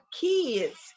kids